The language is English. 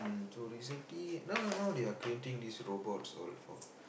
mm so recently now now they are creating these robots all for